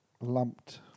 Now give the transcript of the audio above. lumped